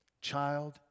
child